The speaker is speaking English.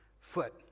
foot